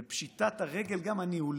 זאת גם פשיטת הרגל הניהולית,